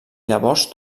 llavors